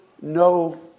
no